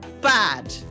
Bad